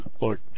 Look